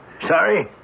Sorry